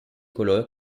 coloro